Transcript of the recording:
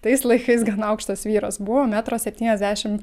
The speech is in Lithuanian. tais laikais gana aukštas vyras buvo metro septyniasdešim